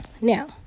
Now